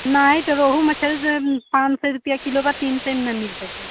नहीं तो रोहू मछली पाँच सौ रुपया किलो बा तीन सौ में ना मिल सकी